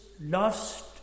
lost